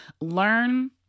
learn